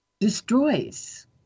destroys